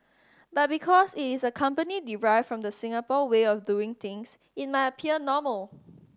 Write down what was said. but because it is a company derived from the Singapore way of doing things it might appear normal